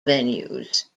venues